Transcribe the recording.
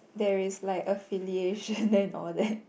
there is like a filiation then all there